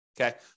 okay